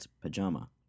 pajama